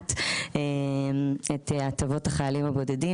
במעט את הטבות החיילים הבודדים.